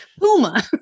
Puma